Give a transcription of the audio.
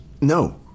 no